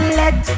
let